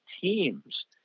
teams